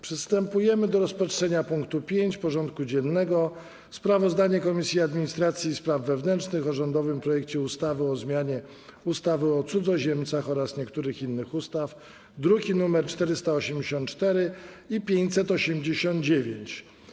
Przystępujemy do rozpatrzenia punktu 5. porządku dziennego: Sprawozdanie Komisji Administracji i Spraw Wewnętrznych o rządowym projekcie ustawy o zmianie ustawy o cudzoziemcach oraz niektórych innych ustaw (druki nr 484 i 589)